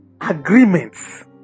agreements